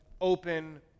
open